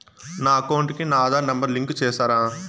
నా అకౌంట్ కు నా ఆధార్ నెంబర్ లింకు చేసారా